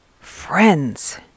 Friends